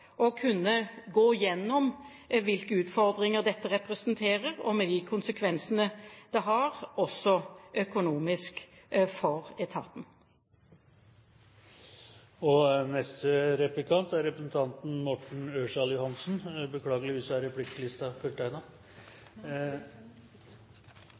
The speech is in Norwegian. å kunne gå igjennom hvilke utfordringer dette representerer, med de konsekvensene det har, også økonomisk, for etaten.